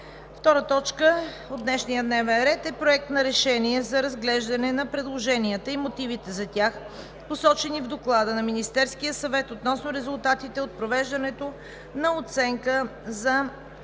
Народното събрание да приеме Проект на решение за разглеждане на предложенията и мотивите за тях, посочени в Доклада на Министерския съвет относно резултатите от провеждането на оценка на